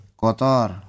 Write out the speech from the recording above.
kotor